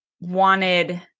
wanted